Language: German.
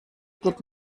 geht